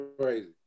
crazy